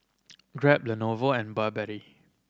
Grab the Lenovo and Burberry